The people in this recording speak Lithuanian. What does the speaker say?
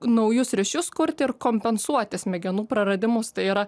naujus ryšius kurti ir kompensuoti smegenų praradimus tai yra